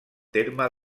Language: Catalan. terme